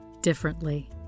differently